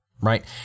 right